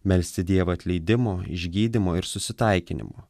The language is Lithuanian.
melsti dievą atleidimo išgydymo ir susitaikinimo